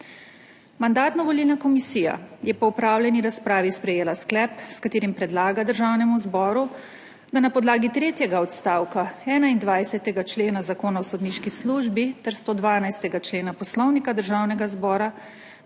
Mandatno-volilna komisija je po opravljeni razpravi sprejela sklep, s katerim predlaga Državnemu zboru, da na podlagi tretjega odstavka 21. člena Zakona o sodniški službi ter 112. člena Poslovnika Državnega zbora